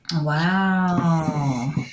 Wow